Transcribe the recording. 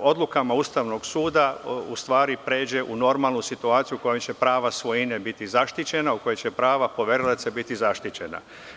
odlukama Ustavnog suda u stvari pređe u normalnu situaciju u kojoj će prava svojine biti zaštićena, u kojoj će prava poverilaca biti zaštićena.